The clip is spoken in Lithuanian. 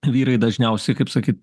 vyrai dažniausiai kaip sakyt